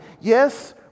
Yes